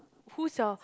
who's your